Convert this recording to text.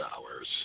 hours